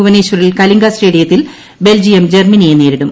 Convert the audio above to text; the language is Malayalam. ഭുവനേശ്വരിൽ കലിംഗ സ്റ്റേഡിയത്തിൽ ബെൽജിയം ജർമ്മനിയെ നേരിടും